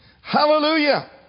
Hallelujah